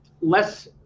less